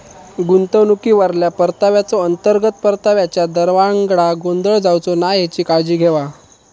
गुंतवणुकीवरल्या परताव्याचो, अंतर्गत परताव्याच्या दरावांगडा गोंधळ जावचो नाय हेची काळजी घेवा